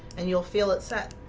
and you'll feel it set.